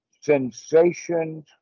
sensations